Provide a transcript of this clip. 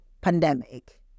pandemic